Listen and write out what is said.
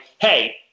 hey